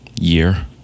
year